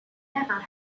never